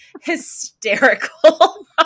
hysterical